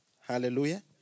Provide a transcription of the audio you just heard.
Hallelujah